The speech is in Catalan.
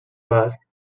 basc